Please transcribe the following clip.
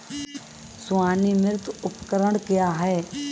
स्वनिर्मित उपकरण क्या है?